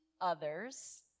others